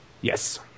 Yes